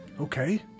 Okay